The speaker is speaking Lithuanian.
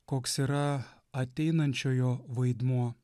koks yra ateinančiojo vaidmuo